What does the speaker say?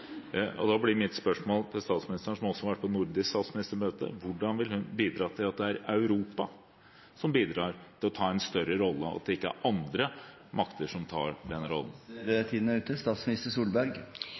og involverer seg mindre. Når en skaper et tomrom, er det en fare for at andre fyller det tomrommet. Da blir mitt spørsmål til statsministeren, som også har vært på nordisk statsministermøte: Hvordan vil hun bidra til at det er Europa som tar en større rolle, og at det ikke er andre makter